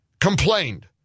complained